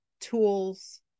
tools